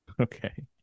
Okay